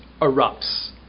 erupts